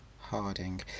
Harding